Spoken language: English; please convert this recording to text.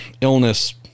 illness